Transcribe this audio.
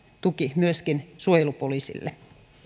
tuki myöskin suojelupoliisille